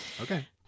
Okay